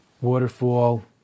waterfall